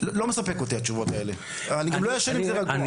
התשובות שלך לא מספקות אותי ואני לא אשן עם זה ברוגע.